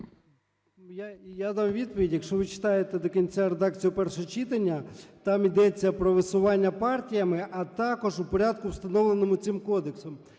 Я дав відповідь. Якщо ви читаєте до кінця редакцію першого читання, там ідеться про висування партіями, а також у порядку, встановленому цим кодексом.